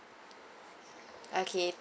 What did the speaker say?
okay